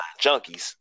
junkies